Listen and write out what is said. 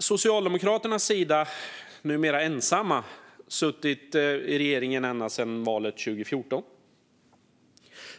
Socialdemokraterna har suttit i regeringen - numera ensamma - ända sedan valet 2014.